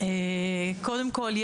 קודם כל,